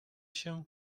się